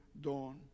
dawn